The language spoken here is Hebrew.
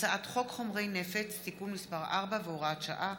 הצעת חוק חומרי נפץ (תיקון מס' 4 והוראת שעה),